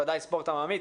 ודאי ספורט עממי.